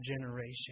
generation